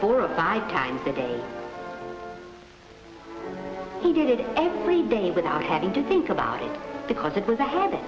for five times a day he did every day without having to think about it because it was a habit